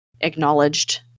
acknowledged